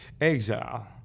Exile